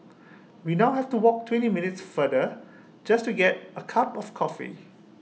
we now have to walk twenty minutes farther just to get A cup of coffee